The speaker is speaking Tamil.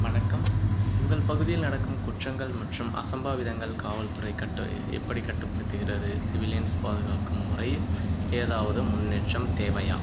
வணக்கம் உங்கள் பகுதியில் நடக்கும் குற்றங்கள் மற்றும் அசம்பாவிதங்கள் காவல்துறை கட்ட எப்படி கட்டுப்படுத்துகிறது சிவிலியன்ஸ் பாதுகாக்கும் முறை ஏதாவது முன்னேற்றம் தேவையா